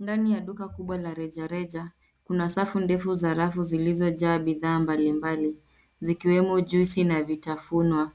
Ndani ya duka kubwa la rejareja kuna safu ndefu za rafu zilizojaa bidhaa mbalimbali zikiwemo juice na vitafunwa.